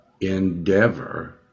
endeavor